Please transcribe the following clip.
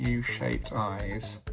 yeah u-shaped eyes,